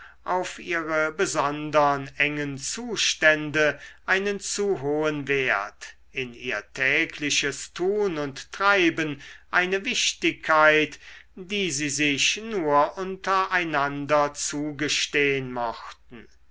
auf ihre besondern engen zustände einen zu hohen wert in ihr tägliches tun und treiben eine wichtigkeit die sie sich nur unter einander zugestehn mochten